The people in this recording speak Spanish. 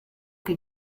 que